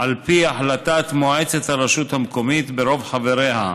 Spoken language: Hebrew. על פי החלטת מועצת הרשות המקומית ברוב חבריה,